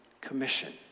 commission